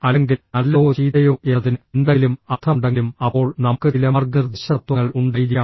അല്ലെങ്കിൽ നല്ലതോ ചീത്തയോ എന്നതിന് എന്തെങ്കിലും അർത്ഥമുണ്ടെങ്കിലും അപ്പോൾ നമുക്ക് ചില മാർഗ്ഗനിർദ്ദേശ തത്വങ്ങൾ ഉണ്ടായിരിക്കാം